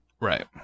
right